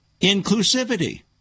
Inclusivity